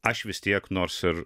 aš vis tiek nors ir